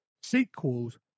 sequels